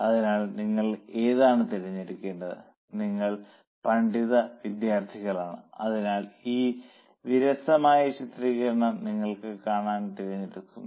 അതിനാൽ നിങ്ങൾ ഏതാണ് തിരഞ്ഞെടുക്കേണ്ടത് നിങ്ങൾ പണ്ഡിത വിദ്യാർത്ഥികളാണ് അതിനാൽ ഈ വിരസമായ ചിത്രീകരണം നിങ്ങൾ കാണാൻ തിരഞ്ഞെടുത്തു